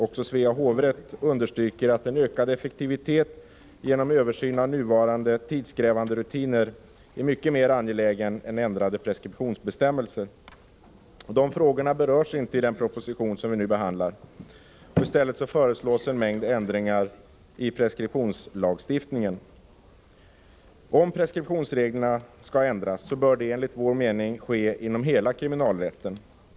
Även Svea hovrätt understryker att en ökad effektivitet genom översyn av nuvarande tidskrävande rutiner är mycket mer angelägen än ändrade preskriptionsbestämmelser. De frågorna berörs inte i den proposition som vi nu behandlar. I stället föreslås en mängd ändringar i preskriptionslagstiftningen. Om preskriptionsreglerna skall ändras bör det enligt vår mening ske inom hela kriminalrätten.